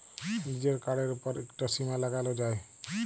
লিজের কাড়ের উপর ইকট সীমা লাগালো যায়